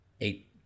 eight